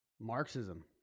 Marxism